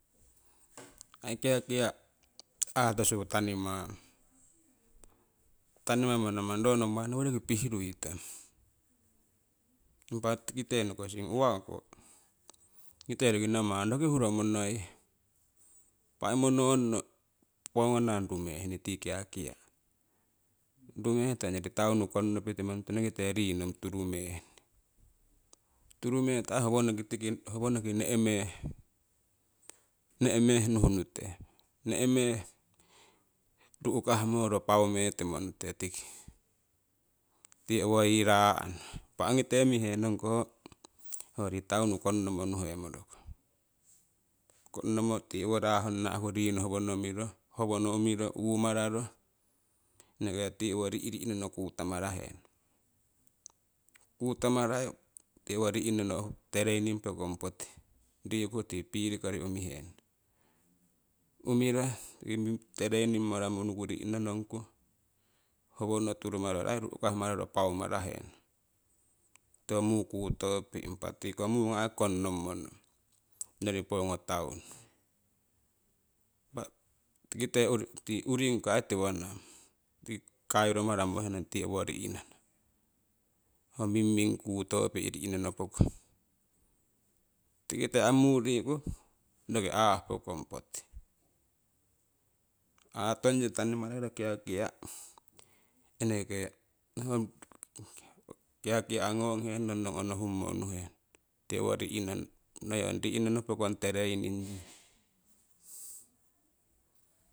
Ai kiakia aatosu tanimang tanimamo namang ro nommai noworiki roki pih ruitong, impa. tikite nokosing uwako tikite namang roki huroo monoihe. Impa aii mononno pongonang rumehnii tii kiakia, ruumeto ongori taunu konnopitimo nutonokite rino turumehni, turumeto aii tiki howonoki tiki ne'meh, ne'meh nuhnute, ne'meh ru'kahmoro paau metimonute tiki, tii owo yii raano. Impa ongitee mihenong ho hoyori taunnu konnomo nuhemorokong, kongnomo tii owo raa honna'ku rino howono miro, howonno umiro uumararo eneke tii owo ri'ri'nono kutomarahenong. Kutamarai tii owo ri'nono training pokong poti rikuu tii piiri kori umihenong, umiro traningmaramo unuku ri'nonongku howono turumararo, aii ru'kah mararo paumarahenong, tii ho muu kuutopi'. Impa tiko mungo konnommonong ognyori pongo taunu, impa tikiteuri tii uringiko aii tiwoninang tii kairumarammo unuhenong tii owo ri'nono ho mingming kuutopi' ri'hnono pokong. Tikiteko aii muuriku roki aah pookong poti atongyo tanimararo kiakia, eneke kiakia ngonghenong onohummo unuhenong tii owo ri'nono, noi ong ri'nono pokong traning yii